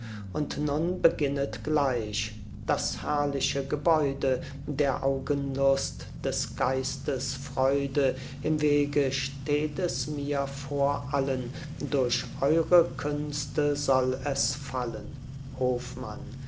und nun beginnet gleich das herrliche gebäude der augen lust des geistes freude im wege steht es mir vor allen durch eure künste soll es fallen hofmann